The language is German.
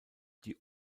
die